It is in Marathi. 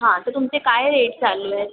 हां तर तुमचे काय रेट चालले आहेत